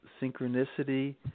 synchronicity